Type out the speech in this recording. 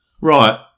Right